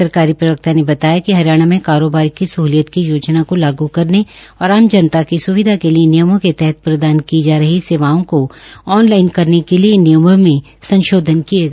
सरकारी प्रवक्ता ने बताया कि हरियाणा में कारोबार की सहलियत की योजना को लागू करने और आम जनता की स्विधा के लिए इन नियमों के तहत प्रदान की जा रही सेवाओं को ऑन लाइन करने के लिए इन नियमों में संशोधन किये गये है